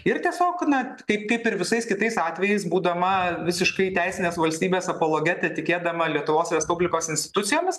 ir tiesiog na kaip kaip ir visais kitais atvejais būdama visiškai teisinės valstybės apologetė tikėdama lietuvos respublikos institucijomis